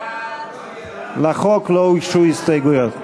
לחוק לא הוגשו הסתייגויות.